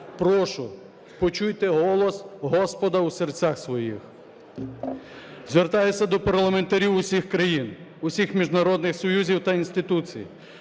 прошу, почуйте голос Господа у серцях своїх. Звертаюся до парламентарів усіх країн, усіх міжнародних союзів та інституцій: